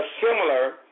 similar